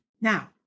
Now